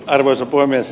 arvoisa puhemies